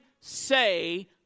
say